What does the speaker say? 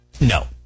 no